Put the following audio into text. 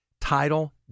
Title